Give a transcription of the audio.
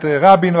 את רבין,